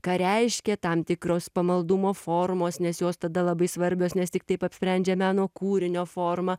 ką reiškia tam tikros pamaldumo formos nes jos tada labai svarbios nes tik taip apsprendžia meno kūrinio formą